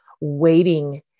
waiting